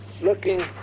looking